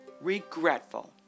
regretful